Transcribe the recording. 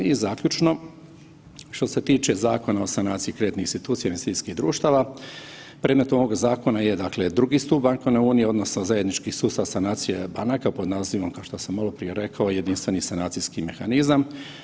I zaključno, što se tiče Zakona o sanaciji kreditnih institucija i investicijskih društava predmet ovog zakona je dakle 2 stup bankovne unije odnosno zajednički sustav sanacije banaka pod nazivom kao što sam maloprije rekao jedinstveni sanacijski mehanizam.